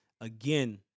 again